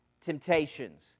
temptations